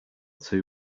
two